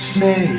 say